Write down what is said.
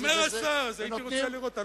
אומר השר, אז הייתי רוצה לראות.